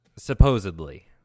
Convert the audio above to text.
supposedly